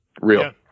real